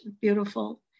beautiful